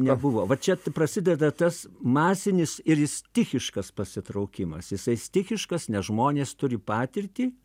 nebuvo va čia prasideda tas masinis ir stichiškas pasitraukimas jisai stichiškas nes žmonės turi patirtį